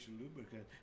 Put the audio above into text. lubricant